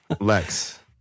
Lex